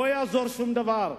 לא יעזור שום דבר.